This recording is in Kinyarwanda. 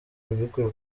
mbikuye